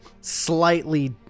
slightly